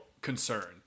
concern